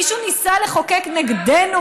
מישהו ניסה לחוקק נגדנו?